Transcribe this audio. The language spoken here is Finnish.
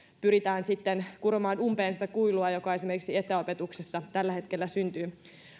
pyritään sitten kuromaan umpeen sitä kuilua joka esimerkiksi etäopetuksessa tällä hetkellä syntyy